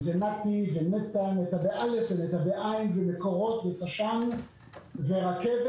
אם זה נת"י, נת"ע ומקורות ותש"ן ורכבת.